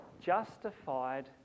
justified